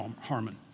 Harmon